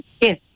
Yes